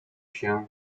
się